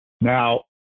Now